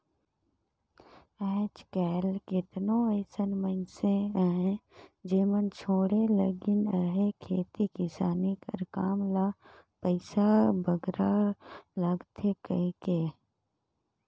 आएज काएल केतनो अइसे मइनसे अहें जेमन छोंड़े लगिन अहें खेती किसानी कर काम ल पइसा बगरा लागथे कहिके